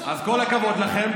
אז כל הכבוד לכם,